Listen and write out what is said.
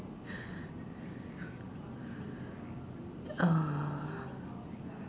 uh